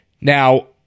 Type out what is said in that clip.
Now